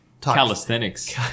Calisthenics